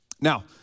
Now